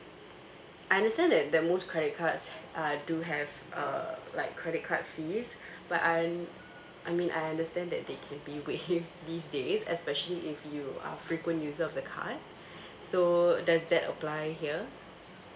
I understand that that most credit cards uh do have uh like credit card fees but I I mean I understand that they can be waived these days especially if you are frequent user of the card so does that apply here